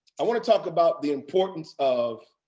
i want to talk about the importance of